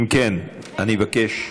אם כן, אני מבקש,